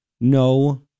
No